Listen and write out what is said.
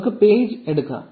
നമുക്ക് പേജ് എടുക്കാം